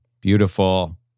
Beautiful